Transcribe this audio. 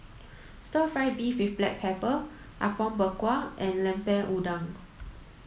stir fry beef with black pepper Apom Berkuah and Lemper Udang